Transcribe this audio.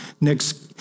Next